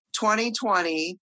2020